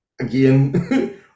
again